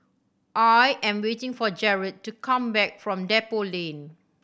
I am waiting for Jarret to come back from Depot Lane